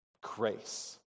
Grace